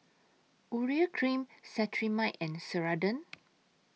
Urea Cream Cetrimide and Ceradan